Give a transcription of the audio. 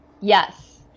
Yes